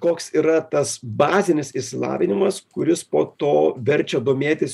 koks yra tas bazinis išsilavinimas kuris po to verčia domėtis